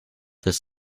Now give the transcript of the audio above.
this